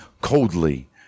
coldly